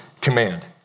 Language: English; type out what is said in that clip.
command